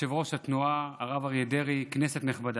יושב-ראש התנועה הרב אריה דרעי, כנסת נכבדה,